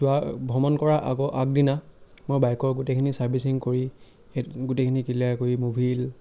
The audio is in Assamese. যোৱা ভ্ৰমণ কৰা আকৌ আগদিনা মই বাইকৰ গোটেইখিনি ছাৰ্ভিচিং কৰি সেই গোটেইখিনি ক্লীয়াৰ কৰি ম'বিল